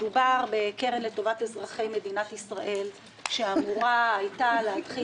מדובר בקרן לטובת אזרחי מדינת ישראל שאמורה הייתה להתחיל